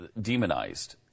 demonized